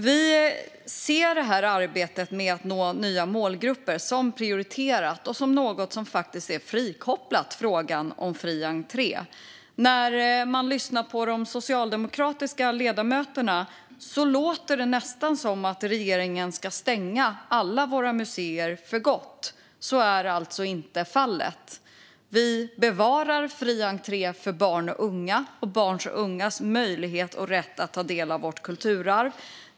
Vi ser arbetet med att nå nya målgrupper som prioriterat och som frikopplat från frågan om fri entré. På de socialdemokratiska ledamöterna låter det nästan som om regeringen ska stänga alla våra museer för gott. Så är alltså inte fallet. Vi bevarar fri entré för barn och unga och barns och ungas möjlighet och rätt att ta del av vårt kulturarv.